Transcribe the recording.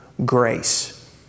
Grace